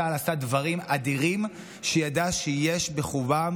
צה"ל עשה דברים אדירים שידע שיש בחובם